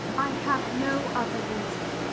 i have no other reason.